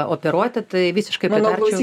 operuoti tai visiškai pritarčiau